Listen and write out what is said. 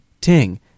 Ting